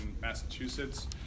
massachusetts